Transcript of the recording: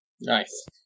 Nice